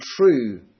true